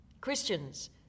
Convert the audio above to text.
Christians